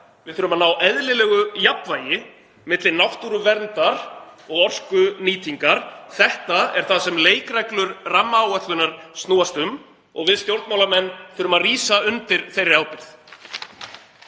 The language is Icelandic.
Við þurfum að ná eðlilegu jafnvægi milli náttúruverndar og orkunýtingar. Þetta er það sem leikreglur rammaáætlunar snúast um og við stjórnmálamenn þurfum að rísa undir þeirri ábyrgð.